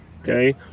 Okay